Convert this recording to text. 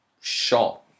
shot